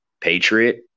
patriot